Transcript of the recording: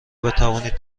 بتوانید